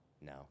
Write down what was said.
No